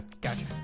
Gotcha